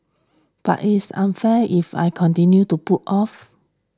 but it's unfair if I continue to putting off